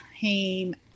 came